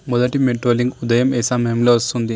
మొదటి metro link ఉదయం ఏ సమయంలో వస్తుంది